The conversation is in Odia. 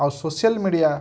ଆଉ ସୋସିଆଲ୍ ମିଡ଼ିଆ